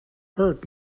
hurt